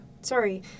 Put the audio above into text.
Sorry